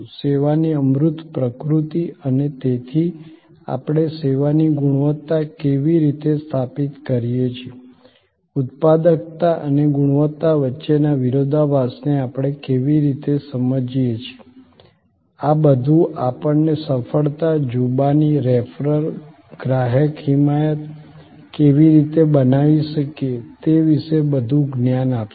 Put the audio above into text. સેવાની અમૂર્ત પ્રકૃતિ અને તેથી આપણે સેવાની ગુણવત્તા કેવી રીતે સ્થાપિત કરીએ છીએ ઉત્પાદકતા અને ગુણવત્તા વચ્ચેના વિરોધાભાસને આપણે કેવી રીતે સમજીએ છીએ આ બધું આપણને સફળતા જુબાની રેફરલ ગ્રાહક હિમાયત કેવી રીતે બનાવી શકીએ તે વિશે વધુ જ્ઞાન આપશે